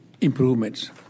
improvements